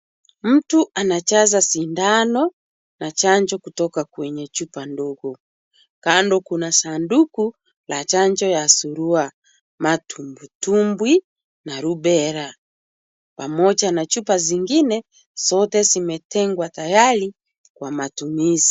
Mtu anajaza sindano na chanjo kutoka kwenye chupa ndogo. Kando kuna sanduku la chanjo ya surua, matumbwitumbwi marubela. Pamoja na chupa zingine zote zimetengwa tayari kwa matumizi.